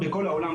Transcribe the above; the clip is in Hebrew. גם בכול מעבר.